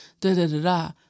da-da-da-da